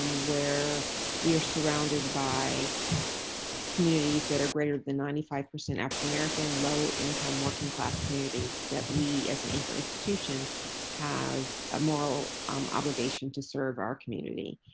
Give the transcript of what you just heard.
um where we are surrounded by communities that are greater than ninety five percent african-american, low-income working class communities that we as an anchor institution have a moral obligation to serve our community.